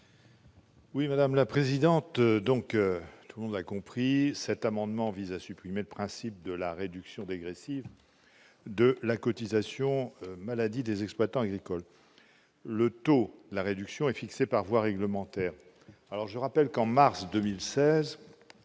l'avis de la commission ? Tout le monde l'aura compris, cet amendement vise à supprimer le principe de la réduction dégressive de la cotisation maladie des exploitants agricoles. Le taux de la réduction est fixé par voie réglementaire. En mars 2016,